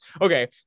Okay